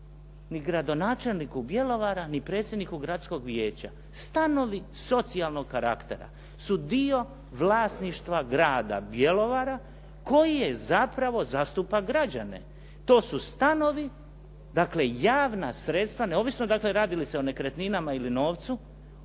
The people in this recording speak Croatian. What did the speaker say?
ni gradonačelniku grada Bjelovara ni predsjedniku Gradskog vijeća. Stanovi socijalnog karaktera su dio vlasništvo Grada Bjelovara koji zapravo zastupa građane. To su stanovi, dakle javna sredstva neovisno dakle radi li se o nekretninama ili novcu